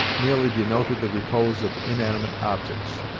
merely denoted the repose of inanimate objects.